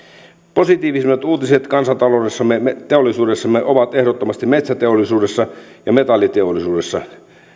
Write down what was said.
positiivisimmat uutiset kansantaloudessamme teollisuudessamme ovat ehdottomasti metsäteollisuudessa ja metalliteollisuudessa